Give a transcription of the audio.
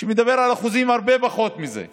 שמדבר על אחוזים פחותים מזה בהרבה,